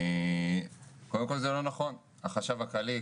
החשב הכללי,